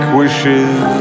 wishes